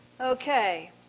Okay